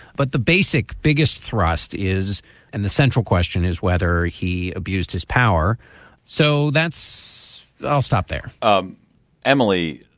but the basic biggest thrust is and the central question is whether he abused his power so that's i'll stop there um emily,